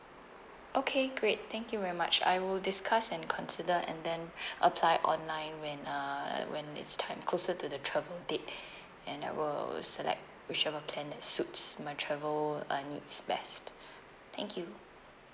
okay great thank you very much I will discuss and consider and then apply online when uh when it's time closer to the travel date and I will select whichever plan that suits my travel uh needs best thank you